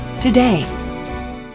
today